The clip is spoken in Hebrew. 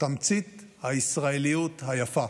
תמצית הישראליות היפה.